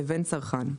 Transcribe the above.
לבין צרכן,